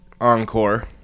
Encore